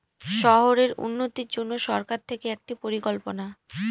শহরের উন্নতির জন্য সরকার থেকে একটি পরিকল্পনা